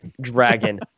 dragon